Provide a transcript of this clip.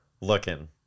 looking